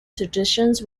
traditions